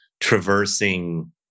traversing